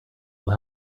will